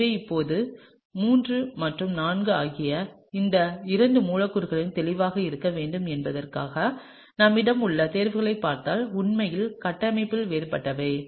எனவே இப்போது III மற்றும் IV ஆகிய இந்த இரண்டு மூலக்கூறுகளும் தெளிவாக இருக்க வேண்டும் என்பதற்காக நம்மிடம் உள்ள தேர்வுகளைப் பார்த்தால் உண்மையில் கட்டமைப்பில் வேறுபட்டவை